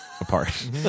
apart